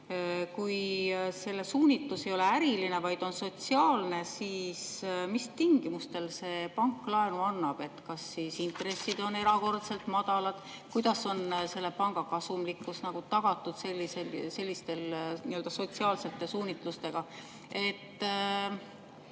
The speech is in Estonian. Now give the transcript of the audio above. Kui selle [panga] suunitlus ei ole äriline, vaid sotsiaalne, siis mis tingimustel see pank laenu annab? Kas intressid on erakordselt madalad? Kuidas on selle panga kasumlikkus tagatud sellise sotsiaalse suunitluse